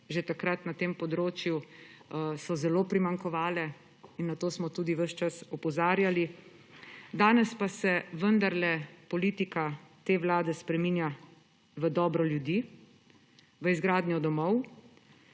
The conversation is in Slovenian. že takrat na tem področju zelo primanjkovale in na to smo tudi ves čas opozarjali. Danes pa se vendarle politika te vlade spreminja v dobro ljudi, v izgradnjo domov.